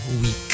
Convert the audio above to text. weak